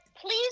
please